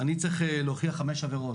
אני צריך להוכיח חמש עבירות,